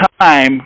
time